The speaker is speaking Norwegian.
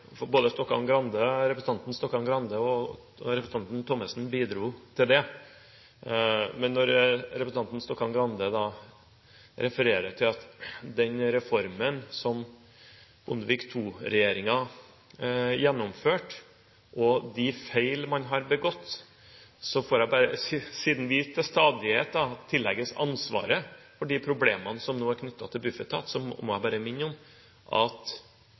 representanten Stokkan-Grande og representanten Thommessen bidro til det. Representanten Stokkan-Grande refererer til at den reformen som Bondevik II-regjeringen gjennomførte, og de feil man har begått, og siden vi til stadighet tillegges ansvaret for de problemene som er knyttet til Buf-etat, må jeg bare minne om, og jeg håper at